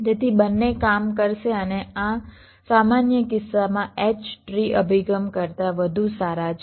તેથી બંને કામ કરશે અને આ સામાન્ય કિસ્સામાં H ટ્રી અભિગમ કરતાં વધુ સારા છે